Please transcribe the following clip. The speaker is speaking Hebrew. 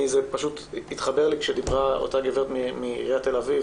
זה פשוט התחבר לי כשדיברה אותה גברת מעיריית תל אביב.